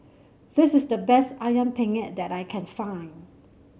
this is the best ayam Penyet that I can find